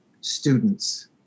students